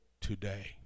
today